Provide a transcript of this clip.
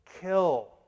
kill